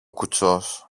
κουτσός